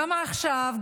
גם עכשיו,